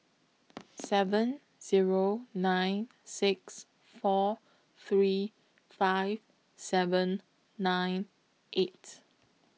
seven Zero nine six four three five seven nine eight